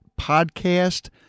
podcast